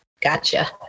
gotcha